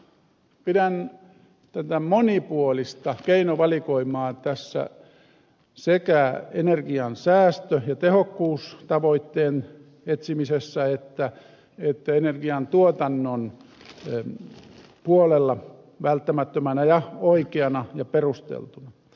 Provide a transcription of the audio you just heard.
pidän tätä monipuolista keinovalikoimaa tässä sekä energian säästö ja tehokkuustavoitteen etsimisessä että energian tuotannon puolella välttämättömänä ja oikeana ja perusteltuna